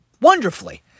wonderfully